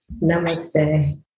Namaste